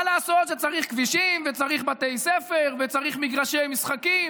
מה לעשות שצריך כבישים וצריך בתי ספר וצריך מגרשי משחקים.